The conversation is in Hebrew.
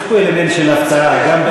יש פה אלמנט של הפתעה: גם,